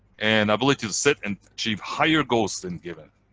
and ability to set and achieve higher goals than given.